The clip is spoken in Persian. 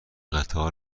قطار